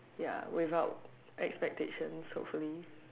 ya without expectations hopefully